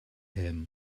him